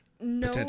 no